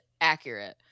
accurate